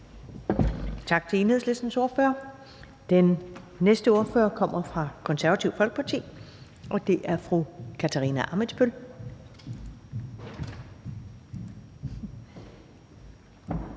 Tak til Enhedslistens ordfører. Den næste ordfører kommer fra Det Konservative Folkeparti, og det er fru Katarina Ammitzbøll.